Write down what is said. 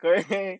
correct